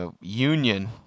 union